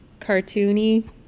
cartoony